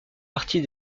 partie